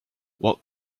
what